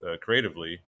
creatively